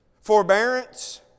forbearance